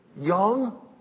young